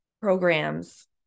programs